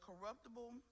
corruptible